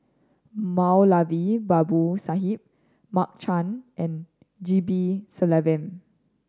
Moulavi Babu Sahib Mark Chan and G P Selvam